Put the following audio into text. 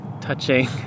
touching